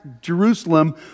Jerusalem